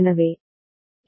Y An